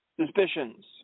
Suspicions